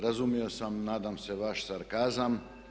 Razumio sam nadam se vaš sarkazam.